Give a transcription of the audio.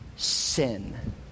Sin